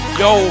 yo